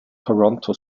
toronto